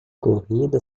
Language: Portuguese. corrida